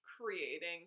creating